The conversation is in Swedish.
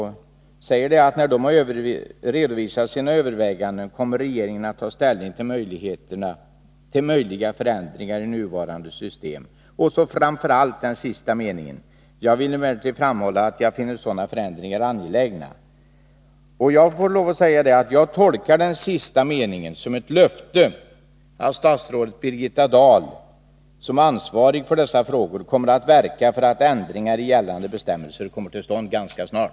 Hon säger att när den ”har redovisat sina överväganden kommer regeringen att ta ställning till möjliga förändringar i nuvarande system”. Jag vill betona statsrådets sista mening: ”Jag vill emellertid framhålla att jag finner sådana förändringar angelägna.” Jag tolkar den sista meningen som ett löfte att statsrådet Birgitta Dahl, som ansvarig för dessa frågor, kommer att verka för att ändringar i gällande bestämmelser kommer till stånd ganska snart.